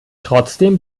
trotzdem